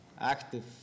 active